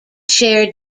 share